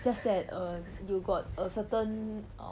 just that err you got a certain err